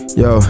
yo